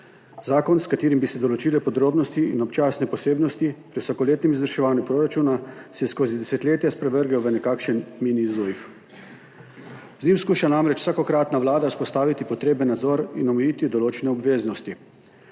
Zakon, s katerim bi se določile podrobnosti in občasne posebnostipri vsakoletnem izvrševanju proračuna, se je skozi desetletja sprevrgel v nekakšen mini ZUJF. Z njim skuša namreč vsakokratna vlada vzpostaviti potreben nadzor in omejiti določene obveznosti.